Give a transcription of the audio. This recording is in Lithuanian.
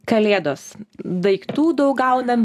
kalėdos daiktų daug gaunam